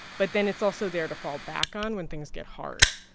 but then it's also there to fall back on when things get hard.